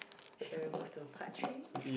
should I move to part three